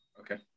Okay